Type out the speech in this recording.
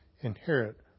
inherit